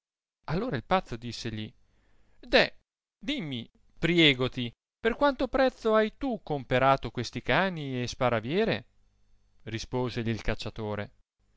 all'ora il pazzo dissegli deh dimmi priegoti per quanto prezzo hai tu comperato questi cani e sparaviere risposegli il cacciatore